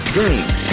games